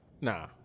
nah